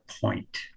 point